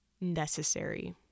necessary